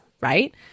right